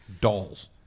Dolls